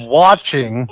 watching